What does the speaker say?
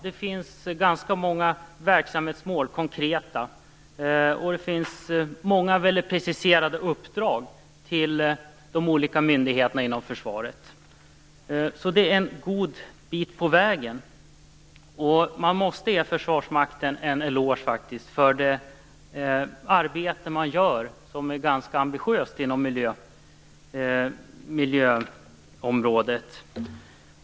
Det innehåller ganska många konkreta verksamhetsmål och många väldigt preciserade uppdrag till de olika myndigheterna inom försvaret. Vi är alltså en god bit på väg. Försvarsmakten måste faktiskt ges en eloge för det ganska ambitiösa arbete som utförs på miljöområdet.